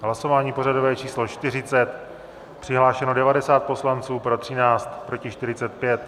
Hlasování pořadové číslo 40, přihlášeno 90 poslanců, pro 13, proti 45.